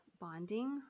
bonding